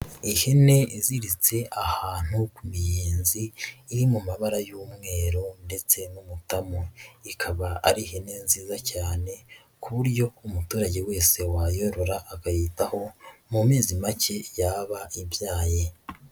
Ihene iziritse ahantu ku miyenzi, iri mu mabara y'umweru ndetse n'umutamu. Ikaba ari ihene nziza cyane ku buryo umuturage wese wayorora akayitaho mu mezi make yaba ibyaye.